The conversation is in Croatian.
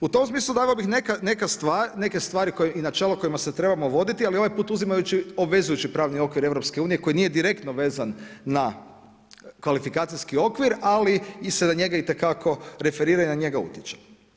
U tom smislu dao bih neke stvari i načela kojima se trebamo voditi, ali ovaj put uzimajući obvezujući pravni okvir EU koji nije direktno vezan na kvalifikacijski okvir, ali se na njega itekako referira i na njega utječe.